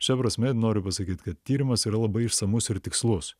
šia prasme noriu pasakyt kad tyrimas yra labai išsamus ir tikslus